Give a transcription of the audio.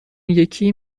یکی